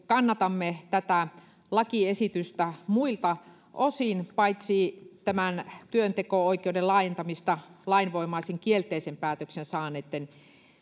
kannatamme tätä lakiesitystä muilta osin paitsi tämän työnteko oikeuden laajentamisen osalta lainvoimaisen kielteisen päätöksen saaneitten